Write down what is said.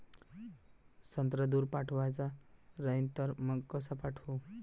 संत्रा दूर पाठवायचा राहिन तर मंग कस पाठवू?